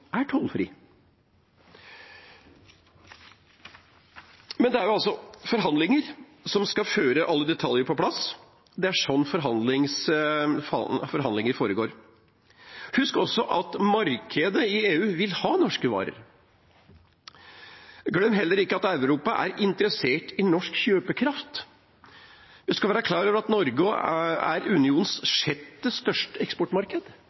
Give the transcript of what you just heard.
er tollfri. Men det er forhandlinger som skal få alle detaljer på plass, det er sånn forhandlinger foregår. Husk også at markedet i EU vil ha norske varer. Glem heller ikke at Europa er interessert i norsk kjøpekraft. En skal være klar over at Norge er unionens sjette største eksportmarked.